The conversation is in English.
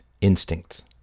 instincts